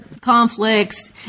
conflicts